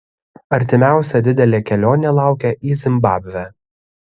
artimiausia didelė kelionė laukia į zimbabvę